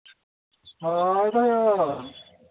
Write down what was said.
ᱦᱳᱭ ᱫᱚ